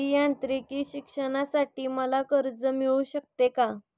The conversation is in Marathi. अभियांत्रिकी शिक्षणासाठी मला कर्ज मिळू शकते का?